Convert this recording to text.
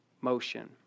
motion